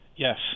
Yes